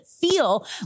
feel